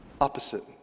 Opposite